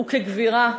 וכגבירה,